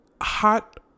hot